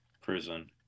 prison